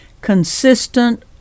consistent